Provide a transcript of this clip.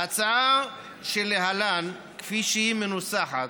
ההצעה שלהלן, כפי שהיא מנוסחת,